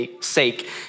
sake